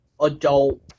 adult